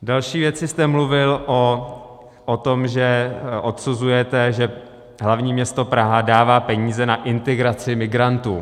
V další věci jste mluvil o tom, že odsuzujete, že hlavní město Praha dává peníze na integraci migrantů.